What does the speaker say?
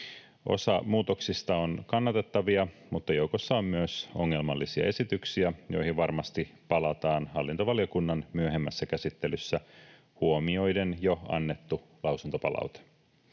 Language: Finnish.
Osa muutoksista on kannatettavia, mutta joukossa on myös ongelmallisia esityksiä, joihin varmasti palataan hallintovaliokunnan myöhemmässä käsittelyssä huomioiden jo annettu lausuntopalaute.